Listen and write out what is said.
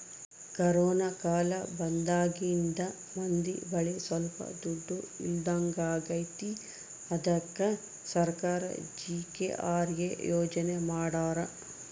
corona ಕಾಲ ಬಂದಾಗಿಂದ ಮಂದಿ ಬಳಿ ಸೊಲ್ಪ ದುಡ್ಡು ಇಲ್ದಂಗಾಗೈತಿ ಅದ್ಕೆ ಸರ್ಕಾರ ಜಿ.ಕೆ.ಆರ್.ಎ ಯೋಜನೆ ಮಾಡಾರ